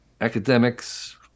academics